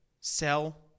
Sell